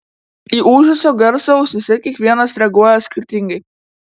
į ūžesio garsą ausyse kiekvienas reaguoja skirtingai